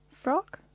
frog